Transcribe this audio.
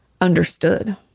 understood